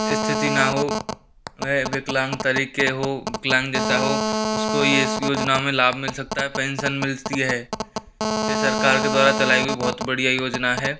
इस्थिति ना हो वह विकलांग तरीके हो विकलांग जैसा हो उसको ये इस योजना में लाभ मिल सकता है पेंसन मिलती है कि सरकार के द्वारा चलाई गई बहुत बढ़िया योजना है